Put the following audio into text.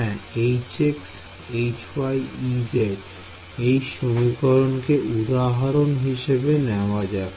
হ্যাঁ Hx Hy Ez এই সমীকরণকে উদাহরণ হিসেবে নেওয়া যাক